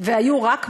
והיו רק בנים,